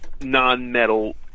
non-metal